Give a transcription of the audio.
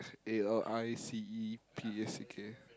A L I C E P A C K